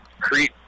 Crete